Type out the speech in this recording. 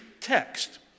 text